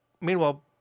Meanwhile